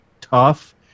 tough